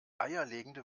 eierlegende